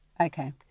Okay